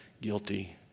guilty